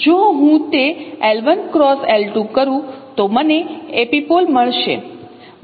તેથી જો હું તે l 1 X l 2 કરું તો મને એપિપોલ મળશે